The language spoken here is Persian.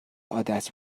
عادت